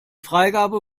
freigabe